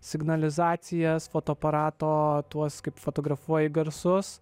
signalizacijas fotoaparato tuos kaip fotografuoji garsus